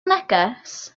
neges